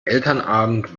elternabend